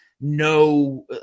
no